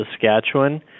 Saskatchewan